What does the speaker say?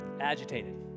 agitated